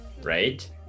right